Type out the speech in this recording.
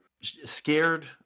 scared